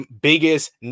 biggest